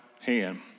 hand